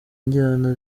njyana